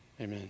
Amen